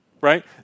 Right